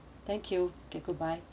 thank you okay goodbye